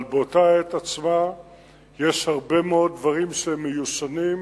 אבל באותה עת עצמה יש הרבה מאוד דברים שהם מיושנים,